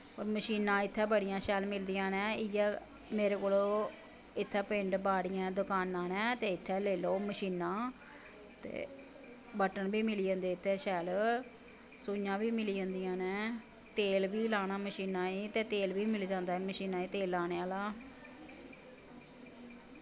मशीनां इ'त्थें बड़ियां शैल मिलदियां न इ'यै मेरे कोल इ'त्थें ओह् पिंड बाड़ियां दकानां न ते इ'त्थां लेई लैओ मशीनां ते बटन बी मिली जंदे इ'त्थें शैल सूइयां बी मिली जंदियां न तेल बी लाना मशीनां ई ते तेल बी मिली जांदा ऐ मशीनां गी लाने आह्ला